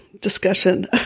discussion